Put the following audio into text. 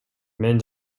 мен